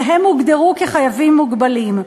והם הוגדרו כחייבים מוגבלים.